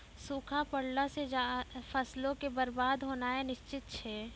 सूखा पड़ला से फसलो के बरबाद होनाय निश्चित छै